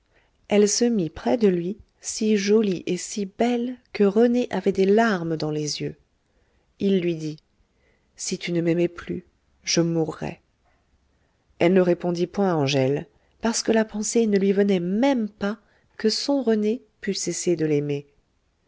elle se mit près de lui si jolie et si belle que rené avait des larmes dans les yeux il lui dit si tu ne m'aimais plus je mourrais elle ne répondit point angèle parce que la pensée ne lui venait même pas que son rené pût cesser de l'aimer